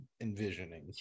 envisioning